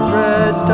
red